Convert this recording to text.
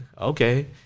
okay